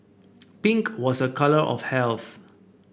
pink was a colour of health